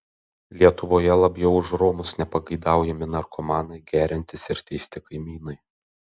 lietuvoje labiau už romus nepageidaujami narkomanai geriantys ir teisti kaimynai